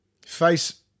face